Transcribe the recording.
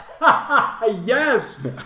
Yes